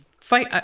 fight